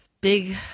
Big